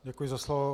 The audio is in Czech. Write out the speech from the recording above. Děkuji za slovo.